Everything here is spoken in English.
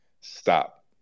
stop